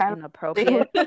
inappropriate